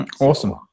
Awesome